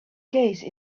case